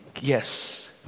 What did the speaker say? yes